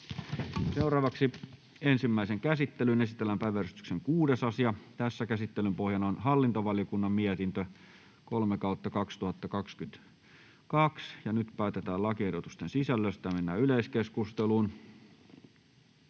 Kiitos!] Ensimmäiseen käsittelyyn esitellään päiväjärjestyksen 5. asia. Käsittelyn pohjana on lakivaliokunnan mietintö LaVM 2/2022 vp. Nyt päätetään lakiehdotusten sisällöstä. Mennään yleiskeskusteluun.